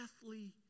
deathly